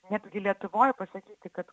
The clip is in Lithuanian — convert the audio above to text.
netgi lietuvoj pasakyti kad